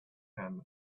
can